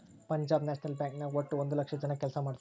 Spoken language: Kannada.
ಪಂಜಾಬ್ ನ್ಯಾಷನಲ್ ಬ್ಯಾಂಕ್ ನಾಗ್ ವಟ್ಟ ಒಂದ್ ಲಕ್ಷ ಜನ ಕೆಲ್ಸಾ ಮಾಡ್ತಾರ್